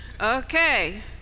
Okay